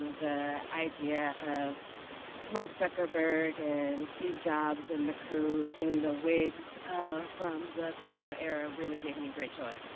the idea of mark zuckerburg and steve jobs and the crew in the wigs from the colonial era really gave me great joy.